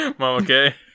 okay